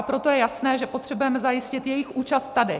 Proto je jasné, že potřebujeme zajistit jejich účast tady.